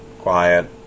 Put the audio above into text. quiet